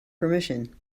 permission